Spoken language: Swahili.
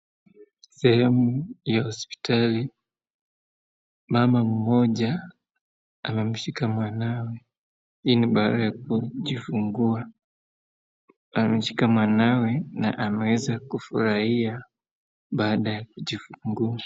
Sehemu ya hospitali, mama mmoja amemshika mwanawe, hii ni baada ya kujifungua. Ameshika mwanawe na ameweza kufurahia baada ya kujifungua.